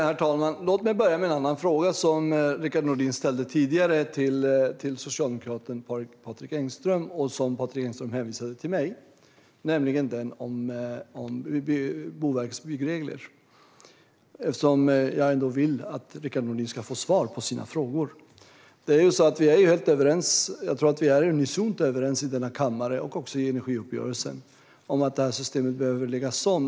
Herr talman! Låt mig börja med en annan fråga, som Rickard Nordin ställde tidigare till socialdemokraten Patrik Engström och som Patrik Engström hänvisade till mig, nämligen den om Boverkets byggregler. Jag vill ju att Rickard Nordin ska få svar på sina frågor. Jag tror att vi är unisont överens i denna kammare och även i energiuppgörelsen om att systemet behöver läggas om.